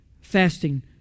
fasting